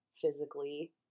physically